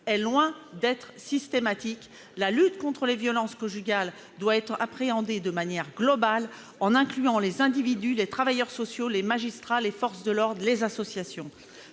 est loin d'être systématique. La lutte contre les violences conjugales doit être appréhendée de manière globale en incluant les individus, les travailleurs sociaux, les magistrats, les forces de l'ordre et les associations.